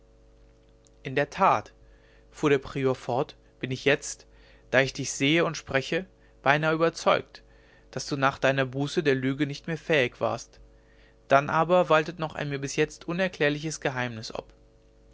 in der tat fuhr der prior fort bin ich jetzt da ich dich sehe und spreche beinahe überzeugt daß du nach deiner buße der lüge nicht mehr fähig warst dann aber waltet noch ein mir bis jetzt unerklärliches geheimnis ob